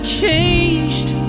changed